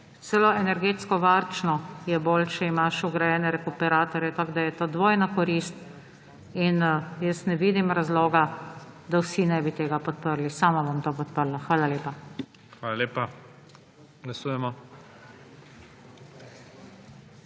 celo energetsko varčno je, če imaš vgrajene rekuperatorje. Tako da je to dvojna korist. Jaz ne vidim razloga, da vsi ne bi tega podprli. Sama bom to podprla. Hvala lepa. **PREDSEDNIK